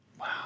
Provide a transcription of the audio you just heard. Wow